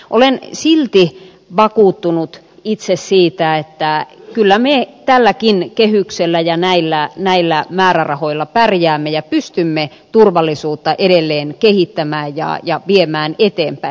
olen silti vakuuttunut itse siitä että kyllä me tälläkin kehyksellä ja näillä määrärahoilla pärjäämme ja pystymme turvallisuutta edelleen kehittämään ja viemään eteenpäin